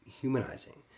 humanizing